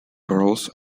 pearls